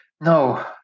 no